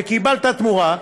וקיבלת תמורה,